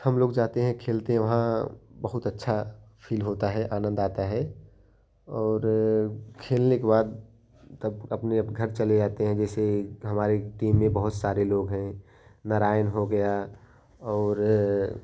हम लोग जाते हैं खेलते हैं वहाँ बहुत अच्छा फील होता है आनंद आता है और खेलने के बाद सब अपने घर चले जाते हैं जैसे हमारे टीम में बहुत सारे लोग हैं नारायण हो गया और